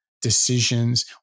decisions